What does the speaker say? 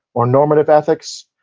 or normative ethics.